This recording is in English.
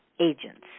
agents